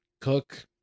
Cook